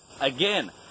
again